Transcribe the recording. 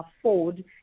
afford